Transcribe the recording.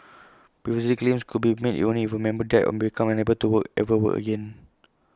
previously claims could be made only if A member died or became unable to work ever work again